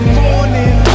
morning